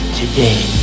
today